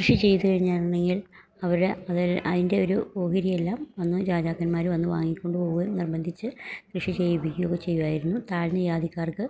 കൃഷി ചെയ്ത് കഴിഞ്ഞാരുന്നെങ്കിൽ അവര് അവര് അതിൻ്റെ ഒരു ഓഹരിയെല്ലാം വന്ന് രാജാക്കന്മാര് വന്ന് വാങ്ങിക്കൊണ്ട് പോകുകയും നിർബന്ധിച്ച് കൃഷി ചെയ്യിപ്പിക്കുകയും ഒക്കെ ചെയ്യുവായിരുന്നു താഴ്ന്ന ജാതിക്കാർക്ക്